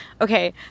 Okay